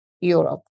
Europe